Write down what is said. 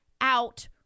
out-